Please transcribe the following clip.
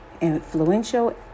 influential